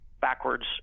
backwards